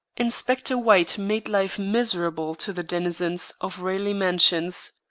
inspector white made life miserable to the denizens of raleigh mansions.